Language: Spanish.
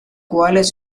cuales